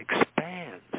expands